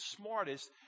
smartest